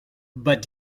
but